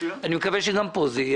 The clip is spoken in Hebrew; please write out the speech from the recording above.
אני מקווה שגם פה זה יהיה.